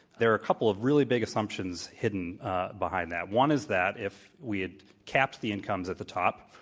there are a couple of really big assumptions hidden behind that. one is that if we had capped the incomes at the top,